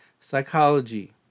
psychology